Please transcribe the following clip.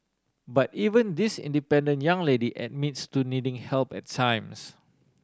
but even this independent young lady admits to needing help at times